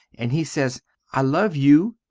and he sez i love you,